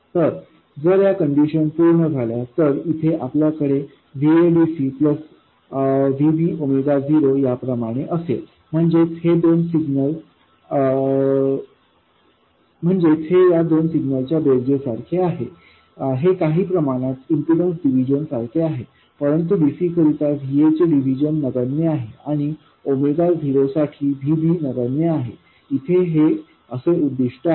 तर जर या कंडिशन पूर्ण झाल्या तर इथे आपल्याकडे Va प्लस Vb याप्रमाणे असेल म्हणजेच हे या दोन सिग्नल च्या बेरजे सारखे आहे हे काही प्रमाणात इम्पीडन्स डिव्हिजन सारखे आहे परंतु dc करिता Vaचे डिव्हिजन नगण्य आहे आणि 0साठी Vbनगण्य आहे इथे हे असे उद्दिष्ट आहे